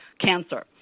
cancer